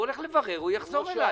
הוא הולך לברר, הוא יחזור אליי.